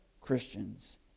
Christians